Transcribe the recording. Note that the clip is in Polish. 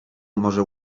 może